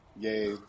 yay